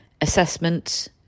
assessment